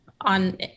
on